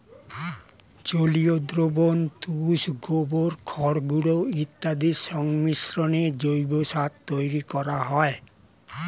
জলীয় দ্রবণ, তুষ, গোবর, খড়গুঁড়ো ইত্যাদির সংমিশ্রণে জৈব সার তৈরি করা হয়